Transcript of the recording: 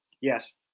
Yes